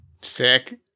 Sick